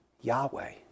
Yahweh